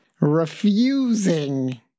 refusing